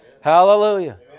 Hallelujah